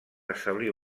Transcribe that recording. establir